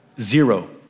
Zero